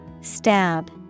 Stab